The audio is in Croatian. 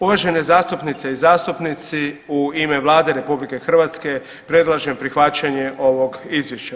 Uvažene zastupnice i zastupnici u ime Vlade RH predlažem prihvaćanje ovog izvješća.